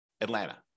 Atlanta